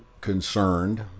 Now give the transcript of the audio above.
concerned